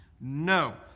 No